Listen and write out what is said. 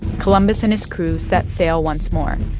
columbus and his crew set sail once more,